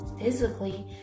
Physically